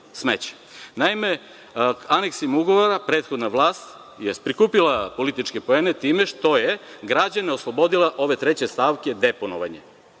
Naime, aneksima ugovora prethodna vlast je prikupila političke poene time što je građane oslobodila ove treće stavke – deponovanje.